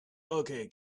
okay